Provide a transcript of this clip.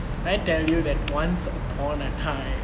I tell you that once upon a time